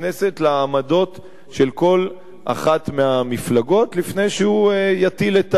לעמדות של כל אחת מהמפלגות לפני שהוא יטיל את הפתק.